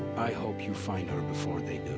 i hope you find her before they